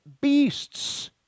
beasts